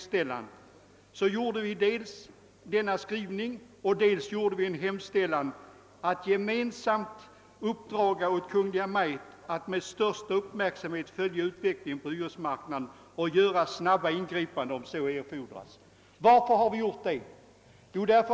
I utskottets hemställan fanns dels denna skrivning medtagen och dels en hemställan att uppdraga åt Kungl. Maj:t att med största uppmärksamhet följa utvecklingen på hyresmarknaden och företaga snabba ingripanden, om så skulle erfordras. Varför har vi skrivit detta?